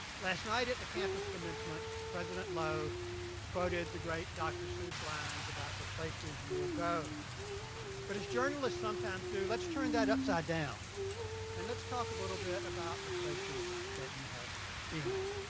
last night at the campus commencement president lowe quoted the great dr. seuss lines about the places you'll go but as journalists sometimes do, let's turn that upside-down and let's talk a little bit about the places that you have been.